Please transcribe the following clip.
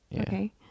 okay